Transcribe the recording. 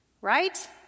Right